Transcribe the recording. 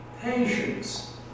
patience